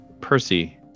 Percy